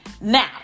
Now